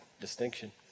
distinction